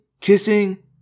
kissing